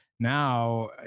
Now